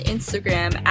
Instagram